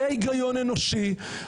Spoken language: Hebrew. זה הגיון אנושי.